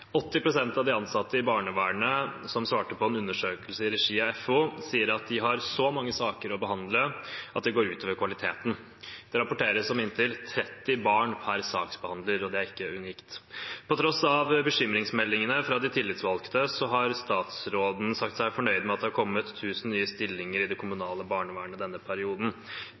sier at de har så mange saker å behandle at det går ut over kvaliteten. Det rapporteres om inntil 30 barn per saksbehandler, og det er ikke unikt. På tross av bekymringsmeldingene fra de tillitsvalgte har statsråden sagt seg fornøyd med at det har kommet 1 000 nye stillinger i det kommunale barnevernet denne perioden.